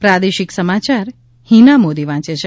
પ્રાદેશિક સમાચાર હીના મોદી વાંચ છે